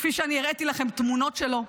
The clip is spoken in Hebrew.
כפי שאני הראיתי לכם תמונות שלו,